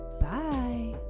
bye